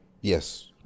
yes